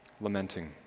lamenting